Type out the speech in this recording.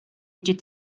ġiet